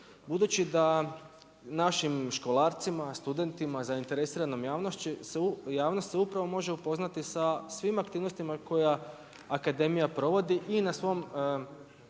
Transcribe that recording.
budući da našim školarcima, našim studentima, zainteresiranom javnošću, javnost se upravo može upoznati sa svim aktivnostima koje akademija provodi i na